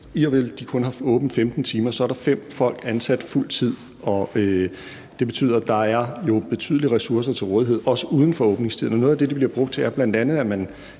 selv om de kun har åbent i 15 timer, er der fem personer ansat på fuld tid. Det betyder, at der er betydelige ressourcer til rådighed, også uden for åbningstiden, og noget af det, det bliver brugt til, er bl.a., at man